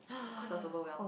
cause I was overwhelmed